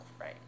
right